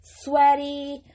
sweaty